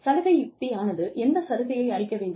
சலுகை யுக்தியானது எந்த சலுகைகளை அளிக்க வேண்டும்